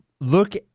Look